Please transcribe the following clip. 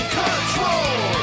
control